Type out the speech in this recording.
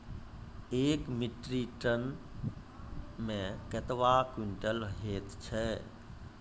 एक metric tonne मे कतवा क्वींटल हैत छै?